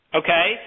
okay